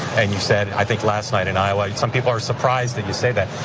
and you said i think last night in iowa, some people are surprised that you say that.